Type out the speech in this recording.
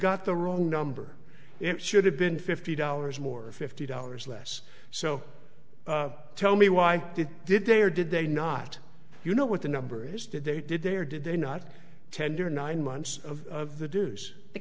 got the wrong number it should have been fifty dollars more fifty dollars less so tell me why did they or did they not you know what the numbers did they did they or did they not tender nine months of the dues the